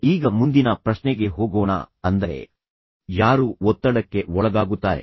ಈಗ ಮುಂದಿನ ಪ್ರಶ್ನೆಗೆ ಹೋಗೋಣ ಅಂದರೆ ಯಾರು ಒತ್ತಡಕ್ಕೆ ಒಳಗಾಗುತ್ತಾರೆ